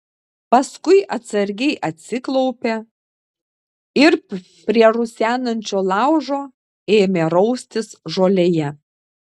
paskui atsargiai atsiklaupė ir prie rusenančio laužo ėmė raustis žolėje